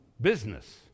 business